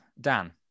Dan